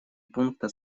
пункта